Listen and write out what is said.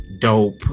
dope